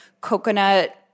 coconut